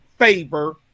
favor